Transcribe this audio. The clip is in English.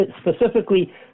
specifically